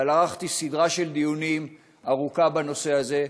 אבל ערכתי סדרה של דיונים ארוכה בנושא הזה,